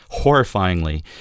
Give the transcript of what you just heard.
horrifyingly